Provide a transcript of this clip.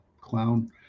Clown